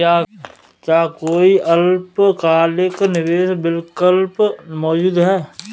क्या कोई अल्पकालिक निवेश विकल्प मौजूद है?